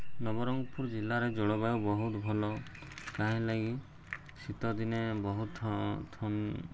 ନବରଙ୍ଗପୁର ଜିଲ୍ଲାରେ ଜଳବାୟୁ ବହୁତ ଭଲ କାହିଁ ଲାଗି ଶୀତଦିନେ ବହୁତ